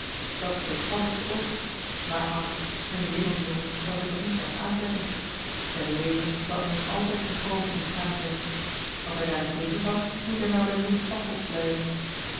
dat speet paddeltje ook maar ach een zeemansjongen kan zich dat niet erg aantrekken zijn leven zal immers altijd een komen en gaan zijn als hij daar niet tegen kan moet hij maar bij moeders pappot blijven